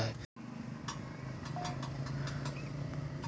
फसल काटे वला मशीन के रीपर मशीन भी कहल जा हइ